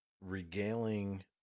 regaling